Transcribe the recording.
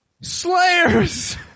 Slayers